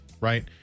right